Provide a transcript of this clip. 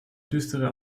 düstere